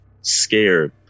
scared